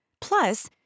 Plus